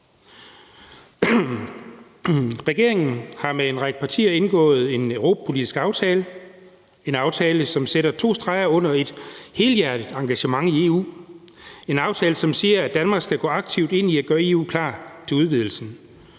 Regeringen har med en række partier indgået en europapolitisk aftale – en aftale, som sætter to streger under et helhjertet engagement i EU, en aftale, som siger, at Danmark skal gå aktivt ind i at gøre EU klar til udvidelsen.